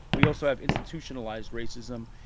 we also have institutionalized racism.